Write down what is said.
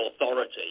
authority